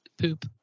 Poop